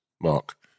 Mark